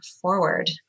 forward